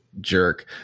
jerk